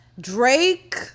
Drake